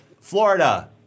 Florida